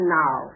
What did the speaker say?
now